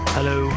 Hello